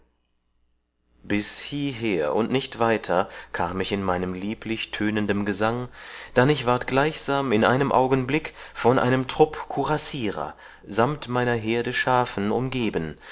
bis hieher und nicht weiter kam ich mit meinem lieblich tönendem gesang dann ich ward gleichsam in einem augenblick von einem trupp courassierer samt meiner herde schafen umgeben